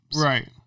Right